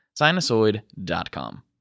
Sinusoid.com